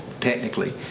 technically